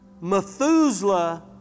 Methuselah